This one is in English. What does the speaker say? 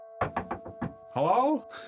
Hello